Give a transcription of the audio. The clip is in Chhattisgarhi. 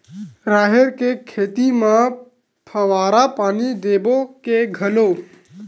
राहेर के खेती म फवारा पानी देबो के घोला?